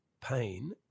pain